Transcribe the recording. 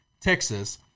Texas –